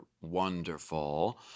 wonderful